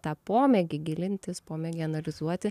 tą pomėgį gilintis pomėgį analizuoti